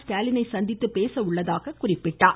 ஸ்டாலினை சந்தித்து பேச உள்ளதாக குறிப்பிட்டார்